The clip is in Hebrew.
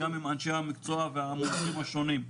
גם עם אנשי המקצוע והמומחים השונים,